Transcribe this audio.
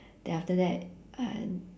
then after that uh